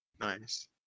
Nice